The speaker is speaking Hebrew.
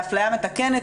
לאפליה מתקנת,